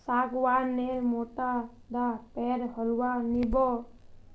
सागवान नेर मोटा डा पेर होलवा नी पाबो